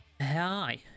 Hi